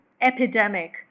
epidemic